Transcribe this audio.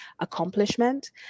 accomplishment